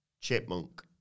chipmunk